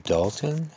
Dalton